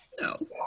No